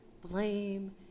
blame